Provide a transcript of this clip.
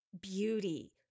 beauty